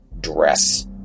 dress